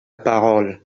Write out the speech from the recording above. parole